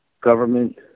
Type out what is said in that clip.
government